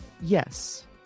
yes